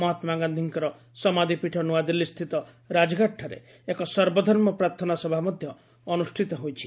ମହାତ୍ମାଗାନ୍ଧିଙ୍କର ସମାଧିପୀଠ ନୂଆଦିଲ୍ଲୀସ୍ଥିତ ରାଜଘାଟଠାରେ ଏକ ସର୍ବଧର୍ମ ପ୍ରାର୍ଥନା ସଭା ମଧ୍ୟ ଅନୁଷ୍ଠିତ ହୋଇଛି